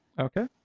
Okay